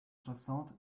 soixante